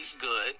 good